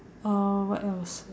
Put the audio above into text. uh what else